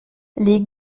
les